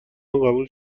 قبول